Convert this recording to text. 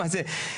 מה זה?